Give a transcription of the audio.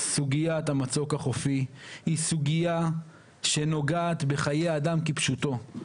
סוגיית המצוק החופי היא סוגייה שנוגעת בחיי אדם כפשוטו.